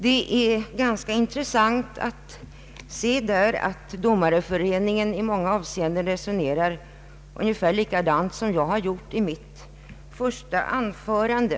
Det är ganska intressant att se att Domareföreningen i många avseenden resonerar ungefär likadant som jag gjorde i mitt första anförande.